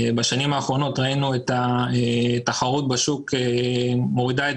בשנים האחרונות ראינו את התחרות בשוק כשהיא מורידה לעמיתים את